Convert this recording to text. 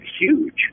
huge